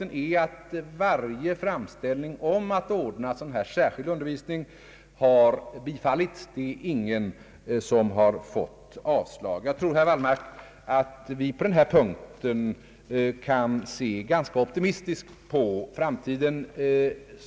innebär att varje framställning om att ordna sådan särskild undervisning har = bifallits. Ingen har fått avslag. Jag tror, herr Wallmark, att vi kan se ganska optimistiskt på framtiden när det gäller denna fråga.